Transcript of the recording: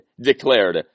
declared